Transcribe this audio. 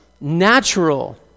natural